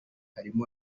harimo